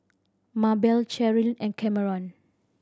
Mabelle Cherilyn and Cameron